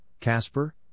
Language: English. Casper